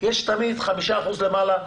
יש תמיד 5 אחוזים למעלה,